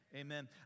Amen